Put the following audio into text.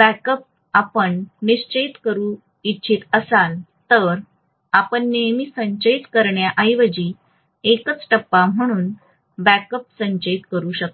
backup आपण संचयित करू इच्छित असाल तर आपण नेहमी संचयित करण्याऐवजी एकच टप्पा म्हणून बॅकअप संचयित करू शकता